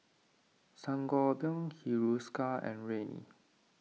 Sangobion Hiruscar and Rene